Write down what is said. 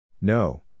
No